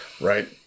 Right